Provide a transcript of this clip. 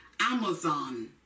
Amazon